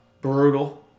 Brutal